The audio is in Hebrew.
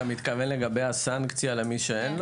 לגבי הסנקציה למי שאין לו?